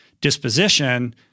disposition